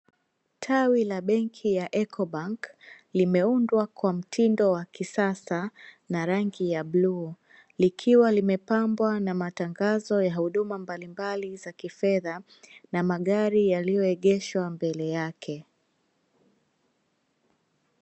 Tawi la benki ya Ecobank, limeundwa kwa mtindo wa kisasa , na rangi ya buluu, likiwa limepabwa na matangazo ya huduma mbalimbali za kifedha, na magari yalioegeshwa mbele yake.